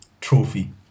trophy